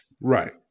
Right